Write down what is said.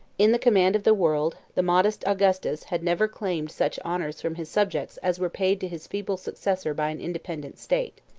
in the command of the world, the modest augustus had never claimed such honors from his subjects as were paid to his feeble successor by an independent state.